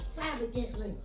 extravagantly